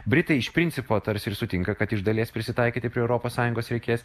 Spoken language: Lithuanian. britai iš principo tarsi ir sutinka kad iš dalies prisitaikyti prie europos sąjungos reikės